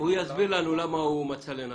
-- הוא יסביר לנו למה הוא מצא לנכון.